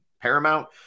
Paramount